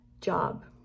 job